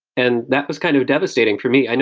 and that was kind of devastating for me. and